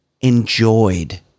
enjoyed